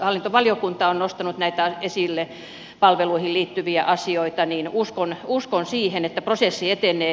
hallintovaliokunta on nostanut esille näitä palveluihin liittyviä asioita uskon siihen että prosessi etenee hyvin